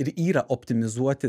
ir yra optimizuoti